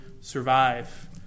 survive